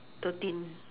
thirteen